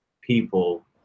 people